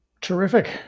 Terrific